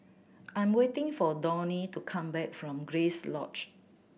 I'm waiting for Donny to come back from Grace Lodge